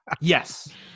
Yes